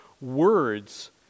words